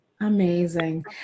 Amazing